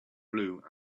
blue